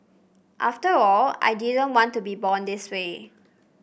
after all I didn't want to be born this way